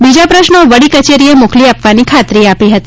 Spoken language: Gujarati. બીજા પ્રશ્નો વડી કચેરીએ મોકલી આપવાની ખાતરી આપી હતી